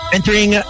Entering